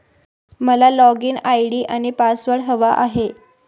मला login ID आणि password हवा आहे